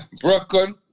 Brooklyn